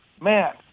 Man